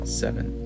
seven